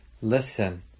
listen